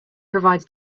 provides